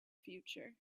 future